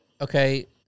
Okay